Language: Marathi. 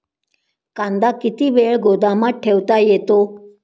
कांदा किती वेळ गोदामात ठेवता येतो?